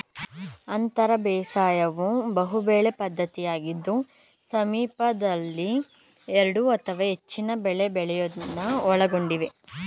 ಅಂತರ ಬೇಸಾಯವು ಬಹುಬೆಳೆ ಪದ್ಧತಿಯಾಗಿದ್ದು ಸಾಮೀಪ್ಯದಲ್ಲಿ ಎರಡು ಅಥವಾ ಹೆಚ್ಚಿನ ಬೆಳೆ ಬೆಳೆಯೋದನ್ನು ಒಳಗೊಂಡಿದೆ